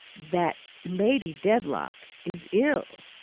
that lady dedlock is ill.